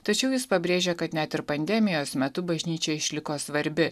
tačiau jis pabrėžė kad net ir pandemijos metu bažnyčia išliko svarbi